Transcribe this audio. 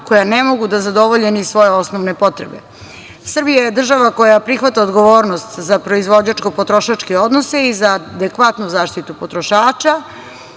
koja ne mogu da zadovolje ni svoje osnovne potrebe. Srbija je država koja prihvata odgovornost za proizvođačko-potrošačke odnose i za adekvatnu zaštitu potrošača